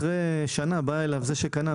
אחרי שנה בא אליו זה שקנה,